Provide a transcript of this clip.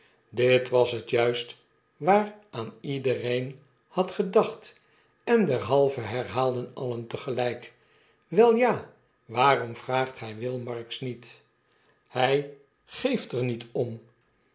dit was het juist waaraan iedereen had gedacht en derhalve herhaalden alien tegehjk wel ja waarom vraagt gij will marks niet p hij geeft er niet om